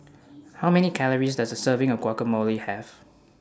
How Many Calories Does A Serving of Guacamole Have